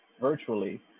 virtually